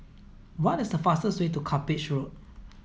what is the fastest way to Cuppage Road